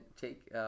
Take